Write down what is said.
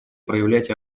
проявлять